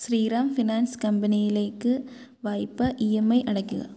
Sriram finance കമ്പനിയിലേക്ക് വായ്പ E M I അടയ്ക്കുക